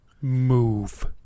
Move